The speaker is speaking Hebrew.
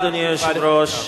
אדוני היושב-ראש,